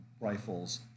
rifles